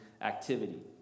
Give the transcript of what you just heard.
activity